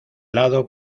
lado